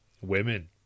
women